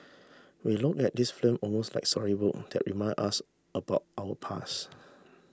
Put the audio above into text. we look at these film almost like storybook that remind us about our past